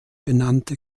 benannte